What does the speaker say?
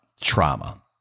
trauma